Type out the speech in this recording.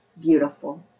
beautiful